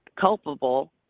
culpable